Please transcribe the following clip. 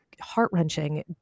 heart-wrenching